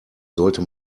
sollte